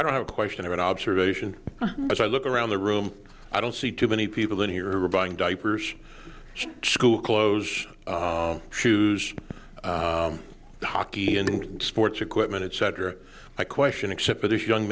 don't have a question or an observation as i look around the room i don't see too many people in here rebuying diapers school clothes shoes hockey and sports equipment etc i question except for this young